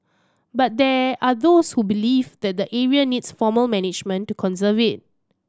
but there are those who believe that the area needs formal management to conserve it